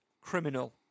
criminal